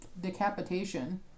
decapitation